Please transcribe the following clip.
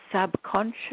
subconscious